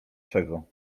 czego